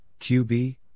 QB